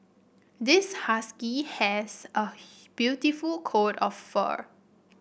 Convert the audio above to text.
this husky has a beautiful coat of fur